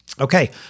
Okay